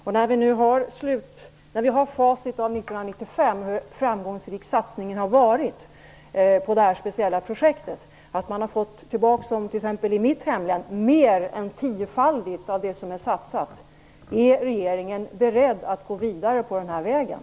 Vi har nu facit från 1995 av hur framgångsrik satsningen på detta speciella projekt har varit. Man har i t.ex. mitt hemlän fått tillbaka mer än tiofaldigt av det som har satsats. Är regeringen beredd att gå vidare på den här vägen?